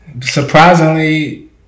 Surprisingly